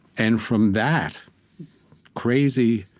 and from that crazy,